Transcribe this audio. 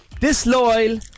disloyal